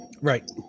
Right